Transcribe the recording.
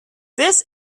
this